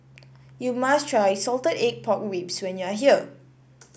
you must try Salted Egg Pork Ribs when you are here